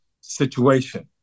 situation